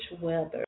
weather